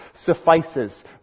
suffices